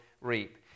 reap